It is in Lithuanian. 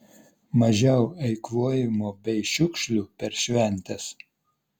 mažiau eikvojimo bei šiukšlių per šventes